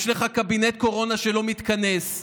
יש לך קבינט קורונה שלא מתכנס.